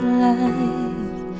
life